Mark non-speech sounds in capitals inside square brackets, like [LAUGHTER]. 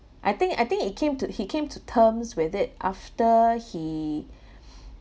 I think I think it came to he came to terms with it after he [BREATH]